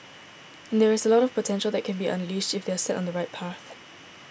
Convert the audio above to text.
and there is a lot of potential that can be unleashed if they are set on the right path